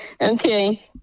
okay